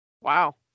Wow